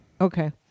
Okay